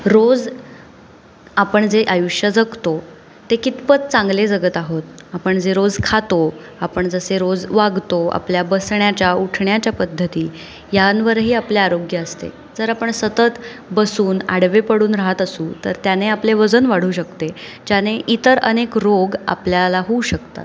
रोज आपण जे आयुष्य जगतो ते कितपत चांगले जगत आहोत आपण जे रोज खातो आपण जसे रोज वागतो आपल्या बसण्याच्या उठण्याच्या पद्धती यांवरही आपले आरोग्य असते जर आपण सतत बसून आडवे पडून राहत असू तर त्याने आपले वजन वाढू शकते ज्याने इतर अनेक रोग आपल्याला होऊ शकतात